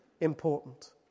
important